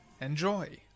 Enjoy